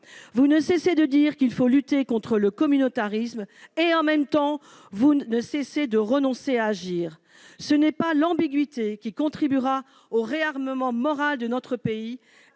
Vous ne cessez de dire qu'il faut lutter contre le communautarisme et, en même temps, vous ne cessez de renoncer à agir. Ce n'est pas l'ambiguïté qui contribuera au réarmement moral de notre pays